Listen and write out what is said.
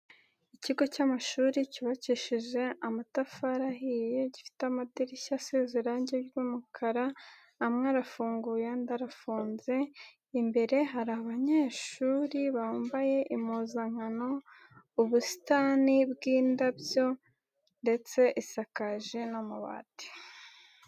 Ikigo cy'amashuri cyubakishijeje amatafari ahiye, gifite amadirishya asize irange ry'umukara, amwe arafunguye andi arafunze, imbere hari abanyeshuri bambaye impuzankano, ubusitani bw'indabyo ndetse isakaje n'amabati.